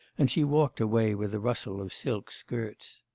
and she walked away with a rustle of silk skirts.